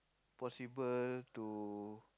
possible to